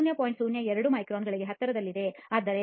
02 ಮೈಕ್ರಾನ್ಗೆ ಹತ್ತಿರದಲ್ಲಿದೆ ಆದರೆ 0